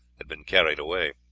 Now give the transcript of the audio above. had been carried away.